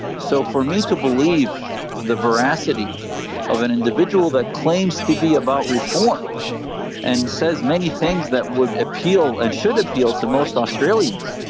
so for me to believe the veracity of an individual that claims to be about reform and says many things that would appeal and should appeal to most australians,